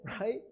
right